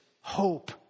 hope